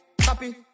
happy